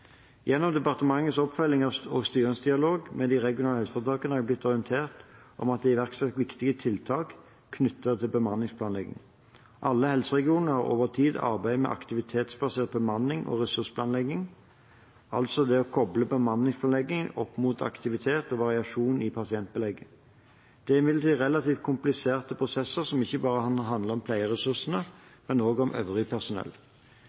Gjennom departementets oppfølging og styringsdialog med de regionale helseforetakene har jeg blitt orientert om at det er iverksatt viktige tiltak knyttet til bemanningsplanlegging. Alle de regionale helseforetakene har over tid arbeidet med aktivitetsbasert bemannings- og ressursplanlegging, altså det å koble bemanningsplanlegging opp imot aktivitet og variasjon i pasientbelegget. Dette er imidlertid relativt kompliserte prosesser, som ikke bare handler om pleieressursene, men også om øvrig personell.